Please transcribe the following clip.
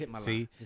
see